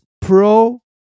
pro